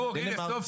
בדנמרק,